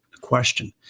question